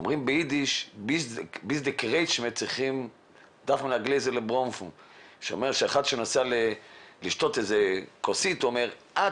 אומרים ביידיש --- אחד שנוסע לשתות כוסית אומר 'עד